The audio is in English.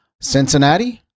Cincinnati